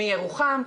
מירוחם.